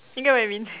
you get what I mean